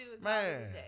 Man